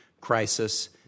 crisis